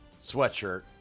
sweatshirt